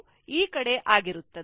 ಇದು ಈ ಕಡೆ ಆಗಿರುತ್ತದೆ